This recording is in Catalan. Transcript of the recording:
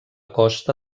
costa